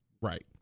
Right